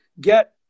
get